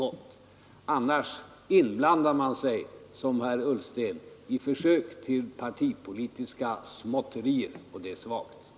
Man hamnar annars i försök till partipolitiska småtterier, och det är svagt.